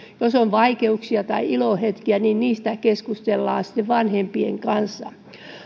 jos on vaikeuksia tai ilon hetkiä niin niistä keskustellaan sitten vanhempien kanssa